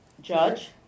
Judge